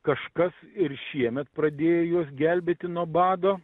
kažkas ir šiemet pradėjo juos gelbėti nuo bado